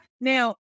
now